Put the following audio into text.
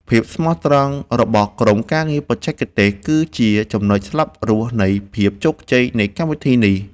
ភាពស្មោះត្រង់របស់ក្រុមការងារបច្ចេកទេសគឺជាចំណុចស្លាប់រស់នៃភាពជោគជ័យនៃកម្មវិធីនេះ។